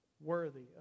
worthy